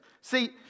See